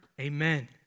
Amen